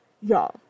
Y'all